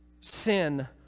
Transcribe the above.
Sin